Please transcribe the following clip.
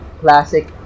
Classic